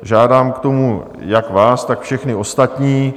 Žádám o to jak vás, tak všechny ostatní.